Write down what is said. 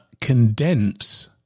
condense